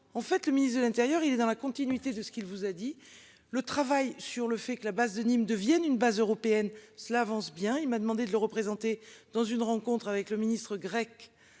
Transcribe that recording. en fait le ministre de l'Intérieur, il est dans la continuité de ce qu'il vous a dit, le travail sur le fait que la base de Nîmes devienne une base européenne cela avance bien, il m'a demandé de le représenter dans une rencontre avec le ministre grec.